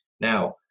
Now